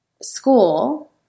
school